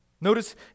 Notice